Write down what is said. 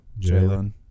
Jalen